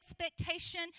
expectation